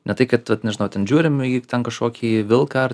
ne tai kad vat nežinau ten žiūrim į ten kažkokį vilką ar